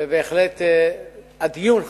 ובהחלט הדיון חשוב.